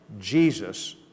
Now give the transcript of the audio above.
Jesus